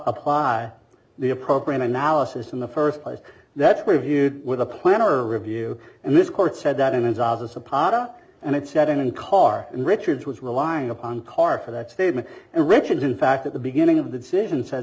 apply the appropriate analysis in the first place that's reviewed with a plan or review and this court said that in his office a potter and it sat in car and richards was relying upon car for that statement and richard's in fact at the beginning of the decision